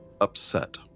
upset